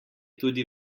tudi